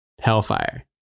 Hellfire